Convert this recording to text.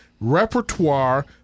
repertoire